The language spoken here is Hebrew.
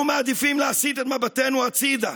אנחנו מעדיפים להסיט את מבטינו הצידה,